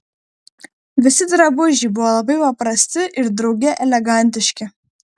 visi drabužiai buvo labai paprasti ir drauge elegantiški